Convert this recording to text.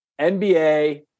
NBA